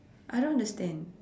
I don't understand